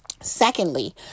Secondly